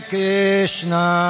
Krishna